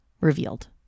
revealed